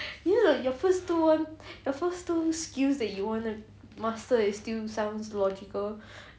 you know the your first two your first two skills that you want to master still sounds logical